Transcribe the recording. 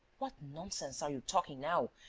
what nonsense are you talking now?